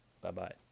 Bye-bye